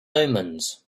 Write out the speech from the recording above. omens